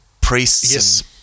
priests